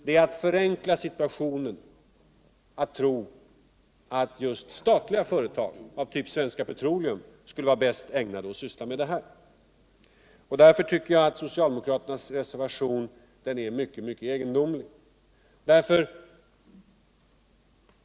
Det är att förenkla situationen att tro att just statliga företag av typ Svenska Petroleum skulle vara bäst ägnade att svssla med sådant. Därför tycker jag att den soctialdemokratiska reservationen är mycket egendomlig.